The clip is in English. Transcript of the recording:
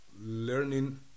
learning